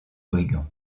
brigand